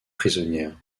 prisonnières